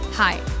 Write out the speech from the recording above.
Hi